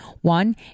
One